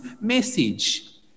message